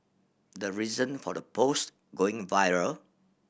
the reason for the post going viral